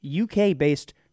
UK-based